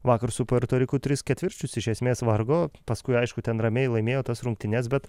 vakar su puerto riku tris ketvirčius iš esmės vargo paskui aišku ten ramiai laimėjo tas rungtynes bet